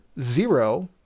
Zero